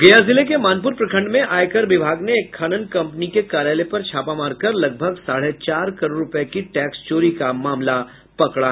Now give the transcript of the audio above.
गया जिले के मानपुर प्रखंड में आयकर विभाग ने एक खनन कंपनी के कार्यालय पर छापा मारकर लगभग साढ़े चार करोड़ रूपये की टैक्स चोरी का मामला पकड़ा